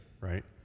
right